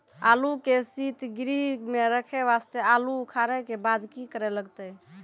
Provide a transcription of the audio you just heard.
आलू के सीतगृह मे रखे वास्ते आलू उखारे के बाद की करे लगतै?